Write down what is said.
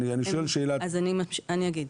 אני אגיד.